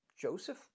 Joseph